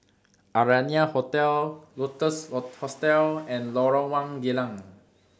Arianna Hotel Lotus Hostel and Lorong one Geylang